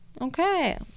okay